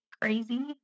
crazy